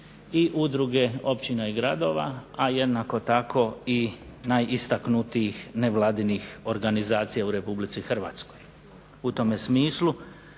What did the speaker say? i udruge općina i gradova, a jednako tako i najistaknutijih vladinih organizacija u Republici Hrvatskoj. U tome smislu